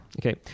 Okay